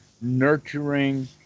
nurturing